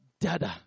dada